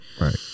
right